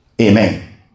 Amen